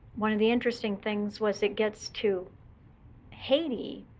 one of the interesting things was it gets to haiti.